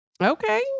Okay